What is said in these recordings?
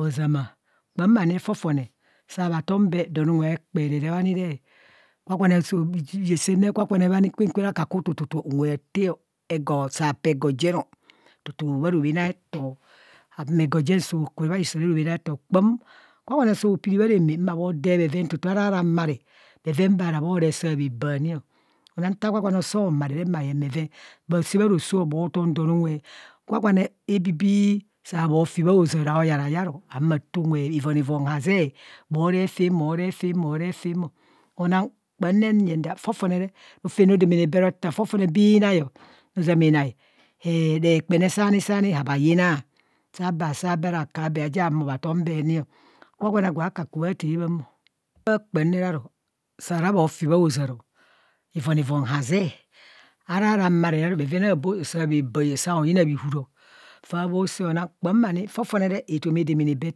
ozạmạ kpam abi fofone saabhatom donuwe a kdperee bhani re. gwagwa ne ẏesen ne gwagwane bha ni akaku tututu unwe ha taa o, ego, saa paa ego jen o, tutuu bharobhem acto saa humo ego jen so ku baiso robhen acto, kpam gwagwane soo pirci bhaa ramaa ma bho dee bheven tutu ara ra maree bheven bha ra mo ree saa bhaa bae ani, ana nta gwagwane osoo maree re ma yeng bheven, bhasaa bha rosoọ bhotom donunwe, gwagwane hebibii saa bhofi bhaozaaro yarayoro ma taa unwe ivonivon baa zee, bho ree faam, bho ree faam bho ree faam o una kpam re nye that fofone re rofem rodemene bhe rota fofone bhinai o ozama chai rekpane saani laabha yina saabha saa bee ora bee ka bee aja humo bha tom bhe ani o, gwagwa agwo akaku baa taabha moo, bha kpam ne aru saa ra bhofi bha ozaaro ivonivon haa zee, ara ra maree re oru bheven aabo saa bhaa baaọ, saa yina bhihuro faa bho, soo na kpam ani fofone re etoma adamane bee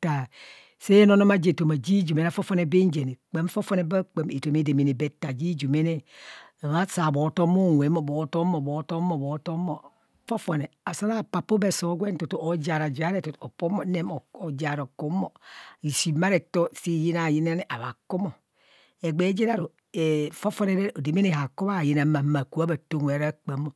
ta, see nonoma je etoma jujumene lofone bhujumene kpam fofone etoma adamane bee jujumene ozama saa bhotom bhu nwe mo, bho tom mo bho tom mo. Fofone saa paapa ubeso gwen tutu oojara jare okam o okum o isin bha reto si yinayinene bha kum o. Ogbee je re aru. Fofone rofem hodamana baa yina ma kubha taa unwo araa kpam o.